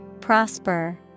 Prosper